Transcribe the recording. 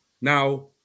Now